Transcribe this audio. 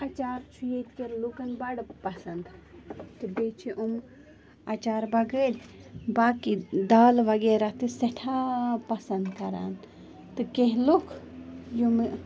اَچار چھُ ییٚتہِ کٮ۪ن لُکَن بَڑٕ پَسَنٛد تہٕ بیٚیہِ چھِ یِم اَچار بَغٲر باقی دالہٕ وغیرہ تہِ سٮ۪ٹھاہ پَسَنٛد کَران تہٕ کیٚنٛہہ لُکھ یِمہٕ